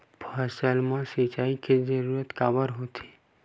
फसल मा सिंचाई के जरूरत काबर होथे?